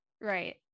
Right